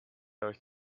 euch